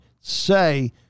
say